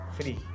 free